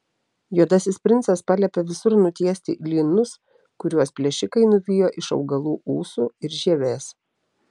juodasis princas paliepė visur nutiesti lynus kuriuos plėšikai nuvijo iš augalų ūsų ir žievės